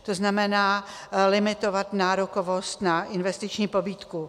To znamená limitovat nárokovost na investiční pobídku.